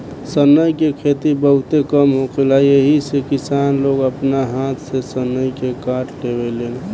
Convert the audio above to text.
सनई के खेती बहुते कम होखेला एही से किसान लोग आपना हाथ से सनई के काट लेवेलेन